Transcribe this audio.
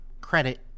credit